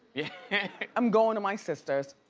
yeah yeah i'm goin' to my sister's.